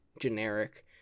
generic